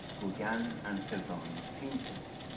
gauguin and cezanne's paintings.